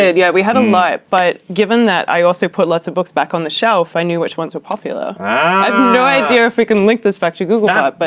yeah. we had a lot. but given that i also put lots of books back on the shelf, i knew which ones were popular. i've no idea if we can link this back to googlebot. but